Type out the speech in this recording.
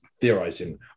theorizing